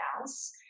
else